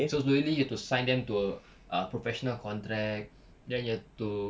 so slowly you have to sign them to a professional contract then you have to